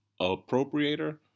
appropriator